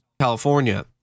California